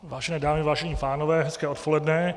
Vážené dámy, vážení pánové, hezké odpoledne.